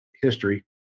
history